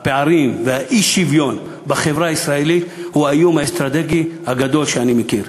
הפערים והאי-שוויון בחברה הישראלית הם האיום האסטרטגי הגדול שאני מכיר.